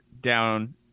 down